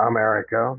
America